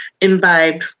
Imbibe